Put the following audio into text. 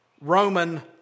Roman